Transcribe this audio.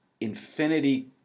infinity